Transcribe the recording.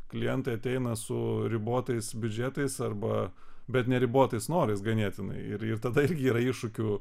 klientai ateina su ribotais biudžetais arba bet neribotais norais ganėtinai ir ir tada irgi yra iššūkių